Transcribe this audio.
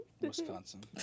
Wisconsin